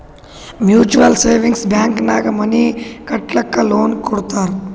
mutual savings bank ನಾಗ್ money ಕಟ್ಟಲಕ್ಕ್ loan ಕೊಡ್ತಾರ್